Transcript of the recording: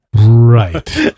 right